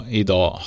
idag